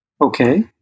Okay